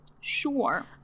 Sure